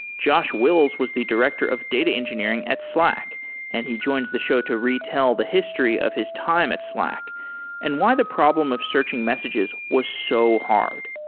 josh wills was the director of data engineering at slack and he joins the show to retell the history of his time at slack and why the problem of searching messages was so hard.